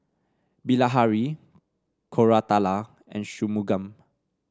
Bilahari Koratala and Shunmugam